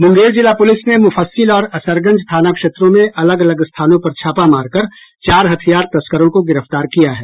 मुंगेर जिला पुलिस ने मुफस्सील और असरगंज थाना क्षेत्रों में अलग अलग स्थानों पर छापामार कर चार हथियार तस्करों को गिरफ्तार किया है